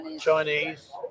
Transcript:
Chinese